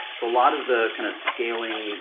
so a lot of the kind of scaling